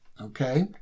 Okay